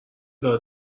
داد